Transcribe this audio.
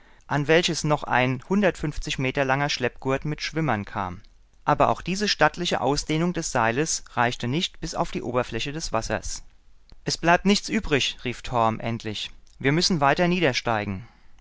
an welches noch ein hundertundfünfzig meter langer schleppgurt mit schwimmern kam aber auch diese stattliche ausdehnung des seiles reichte nicht bis auf die oberfläche des wassers es bleibt nichts übrig rief torm endlich wir müssen weiter